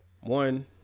one